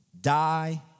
Die